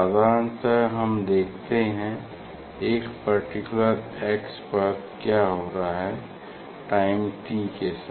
साधारणतः हम देखते हैं एक पर्टिकुलर x पर क्या हो रहा है टाइम t के साथ